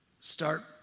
start